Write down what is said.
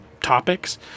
topics